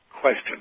question